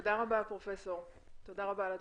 תודה רבה, פרופ' בירק, תודה רבה על הדברים.